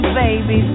baby